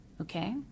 okay